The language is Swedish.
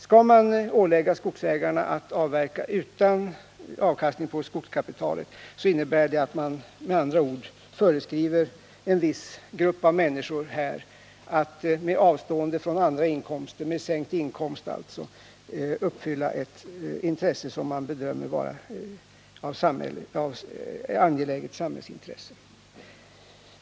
Skall man ålägga skogsägarna att avverka utan avkastning på skogskapitalet, så innebär det med andra ord att man föreskriver att en viss grupp av människor med avstående från andra inkomster — alltså med sänkt inkomst — skall tillgodose vad man bedömer vara ett angeläget samhällsintresse.